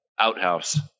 outhouse